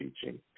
teaching